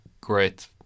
great